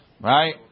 Right